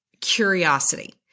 curiosity